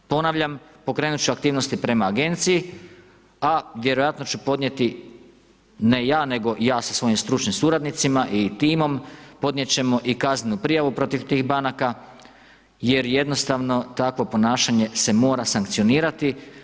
Ponavljam, pokrenut ću aktivnosti prema agenciji, a vjerojatno ću podnijeti, ne ja, nego ja sa svojim stručnim suradnicima i timom, podnijet ćemo i kaznenu prijavu protiv tih banaka jer jednostavno takvo ponašanje se mora sankcionirati.